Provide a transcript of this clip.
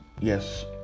Yes